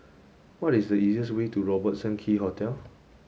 what is the easiest way to Robertson Quay Hotel